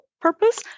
purpose